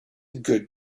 good